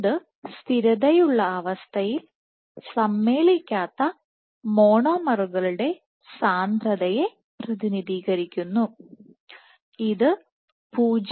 ഇത് സ്ഥിരതയുള്ള അവസ്ഥയിൽ സമ്മേളിക്കാത്ത മോണോമറുകളുടെ സാന്ദ്രതയെ പ്രതിനിധീകരിക്കുന്നു ഇത് 0